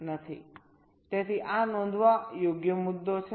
તેથી આ નોંધવા યોગ્ય મુદ્દો છે